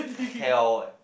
hell what